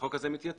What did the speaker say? החוק הזה מתייתר.